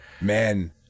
man